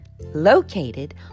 located